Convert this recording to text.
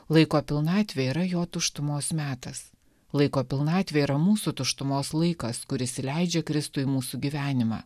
laiko pilnatvė yra jo tuštumos metas laiko pilnatvė yra mūsų tuštumos laikas kuris įleidžia kristų į mūsų gyvenimą